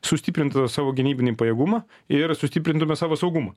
sustiprintų savo gynybinį pajėgumą ir sustiprintume savo saugumą